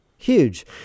Huge